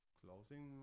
closing